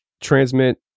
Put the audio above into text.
Transmit